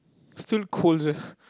still cold sia